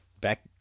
back